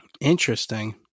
Interesting